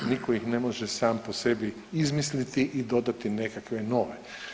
Nitko ih ne može sam po sebi izmisliti i dodati nekakve nove.